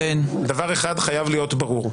דבר אחד חייב להיות ברור.